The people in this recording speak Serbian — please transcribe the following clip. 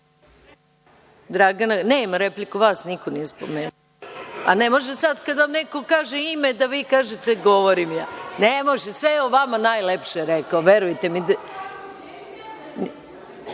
pravo na repliku, vas niko nije spomenuo. Ne može sad kad vam neko kaže ime, da vi kažete govorim ja. Ne može. Sve je o vama najlepše rekao, verujte